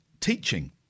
teaching